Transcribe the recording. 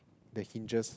the hinges